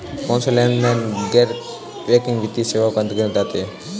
कौनसे लेनदेन गैर बैंकिंग वित्तीय सेवाओं के अंतर्गत आते हैं?